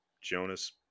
Jonas